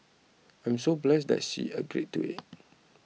I'm so blessed that she agreed to it